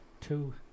two